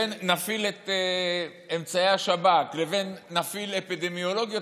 בין נפעיל את אמצעי השב"כ לבין נפעיל בדיקות אפידמיולוגיות,